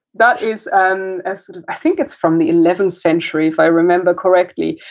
that is um a sort of, i think it's from the eleventh century if i remember correctly.